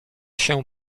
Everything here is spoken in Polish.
się